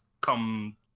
come